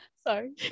Sorry